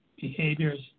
behaviors